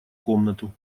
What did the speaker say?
комнату